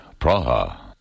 Praha